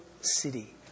city